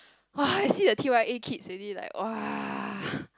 !wah! I see the T_Y_A kids already like !wah!